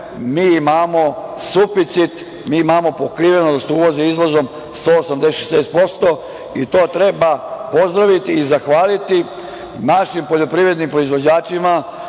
mi imamo suficit, mi imamo pokrivenost uvoza izvozom 186% i to treba pozdraviti i zahvaliti našim poljoprivrednim proizvođačima,